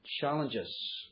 challenges